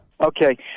Okay